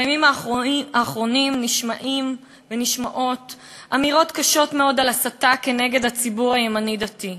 בימים האחרונים נשמעות אמירות קשות מאוד על הסתה כנגד הציבור הימני-דתי.